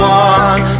one